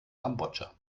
kambodscha